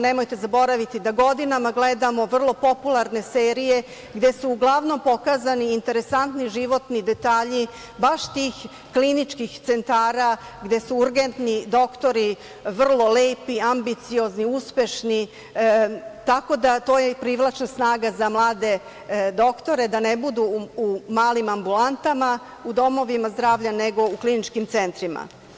Nemojte zaboraviti da godinama gledamo vrlo popularne serije gde su uglavnom pokazani interesantni životni detalji baš tih kliničkih centara, gde su urgentni doktori vrlo lepi, ambiciozni, uspešni, tako da je to i privlačna snaga za mlade doktore da ne budu u malim ambulantama u domovima zdravlja, nego u kliničkim centrima.